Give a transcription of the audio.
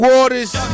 Waters